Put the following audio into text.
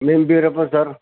నేను బీరప్ప సార్